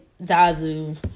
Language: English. Zazu